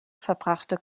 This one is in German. verbrachte